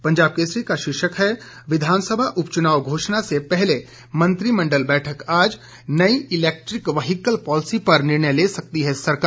पंजाब केसरी का शीर्षक है विधानसभा उपचुनाव घोषणा से पहले मंत्रिमण्डल बैठक आज नई इलैक्ट्रिक व्हीकल पॉलिसी पर निर्णय ले सकती है सरकार